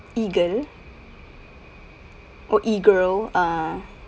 eagle orh E girl ah